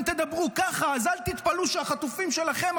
תדברו ככה אז אל תתפלאו שהחטופים שלכם,